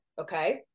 okay